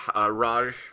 Raj